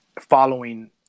following